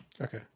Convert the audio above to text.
Okay